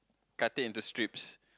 cut it into strips